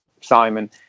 Simon